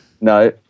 No